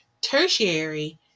Tertiary